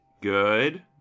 good